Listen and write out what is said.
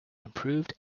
improved